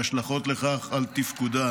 וההשלכות שיש לכך על תפקודן.